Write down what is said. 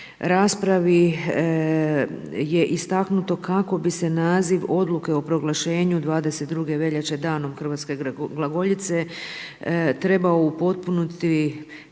raspravi je istaknuto kako bi se naziv Odluke o proglašenju 22. veljače Danom hrvatske glagoljice trebao upotpuniti